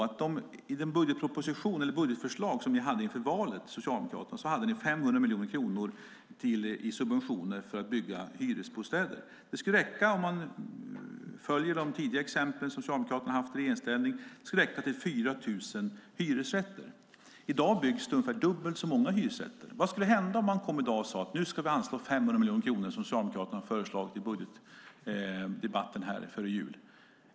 I Socialdemokraternas budgetförslag inför valet hade de 500 miljoner kronor i subventioner för att bygga hyresbostäder. Om man följer de tidigare exempel som Socialdemokraterna har haft i regeringsställning skulle det räcka till 4 000 hyresrätter. I dag byggs det ungefär dubbelt så många hyresrätter. Vad skulle hända om vi i dag sade att vi ska anslå 500 miljoner, som Socialdemokraterna föreslog i budgetdebatten före jul?